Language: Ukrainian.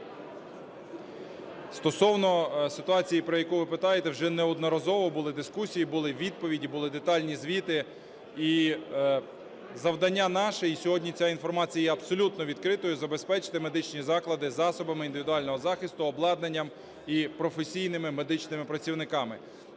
Стосовно ситуації, про яку ви питаєте, вже неодноразово були дискусії, були відповіді, були детальні звіти. І завдання наше, і сьогодні ця інформація є абсолютно відкритою, - забезпечити медичні заклади засобами індивідуального захисту, обладнанням і професійними медичними працівниками.